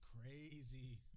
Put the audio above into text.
crazy